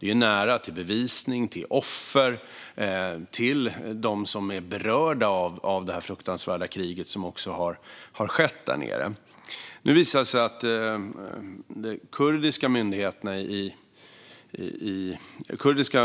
Där är det nära till bevisning, till offer och till dem som är berörda av det fruktansvärda krig som har pågått där nere. Nu visar det sig att det kurdiska